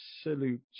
absolute